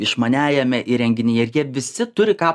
išmaniajame įrenginyje ir jie visi turi ką